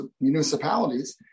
municipalities